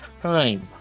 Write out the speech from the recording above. time